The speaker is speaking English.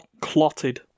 Clotted